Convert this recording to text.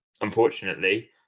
unfortunately